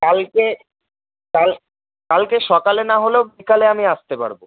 কালকে কাল কালকে সকালে না হলেও বিকেলে আমি আসতে পারব